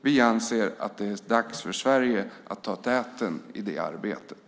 Vi anser att det är dags för Sverige att ta täten i det arbetet.